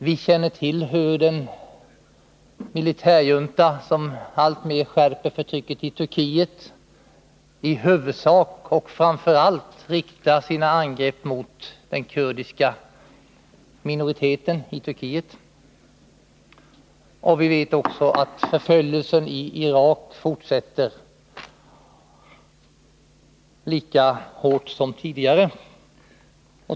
Vi känner också Nr 30 till hur den militärjunta som i Turkiet alltmer skärper förtrycket framför allt Onsdagen den riktar sina angrepp mot den kurdiska minoriteten där. Vi vet också att 18 november 1981 förföljelsen i Irak fortsätter och att den är lika hård som tidigare.